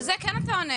על זה כן אתה עונה.